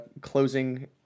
closing